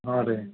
ಹಾಂ ರೀ